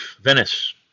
Venice